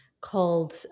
called